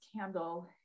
candle